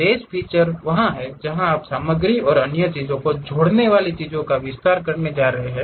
boss feature वह है जहां आप सामग्री और अन्य चीजों को जोड़ने वाली चीजों का विस्तार करने जा रहे हैं